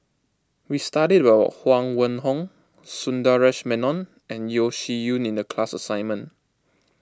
we studied about Huang Wenhong Sundaresh Menon and Yeo Shih Yun in the class assignment